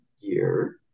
year